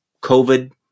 COVID